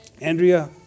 Andrea